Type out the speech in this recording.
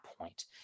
point